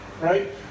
Right